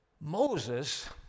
Moses